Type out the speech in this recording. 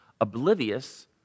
oblivious